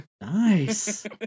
Nice